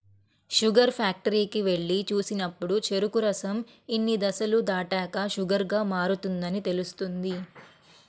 sugar ఫ్యాక్టరీకి వెళ్లి చూసినప్పుడు చెరుకు రసం ఇన్ని దశలు దాటాక షుగర్ గా మారుతుందని తెలుస్తుంది